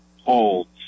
holds